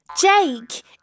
Jake